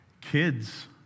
Kids